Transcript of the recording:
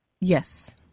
Yes